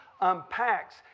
unpacks